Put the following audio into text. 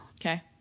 Okay